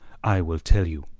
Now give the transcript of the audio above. i will tell you.